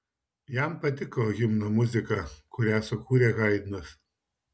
jam patiko himno muzika kurią sukūrė haidnas